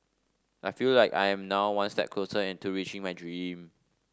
I feel like I am now one step closer and to reaching my dream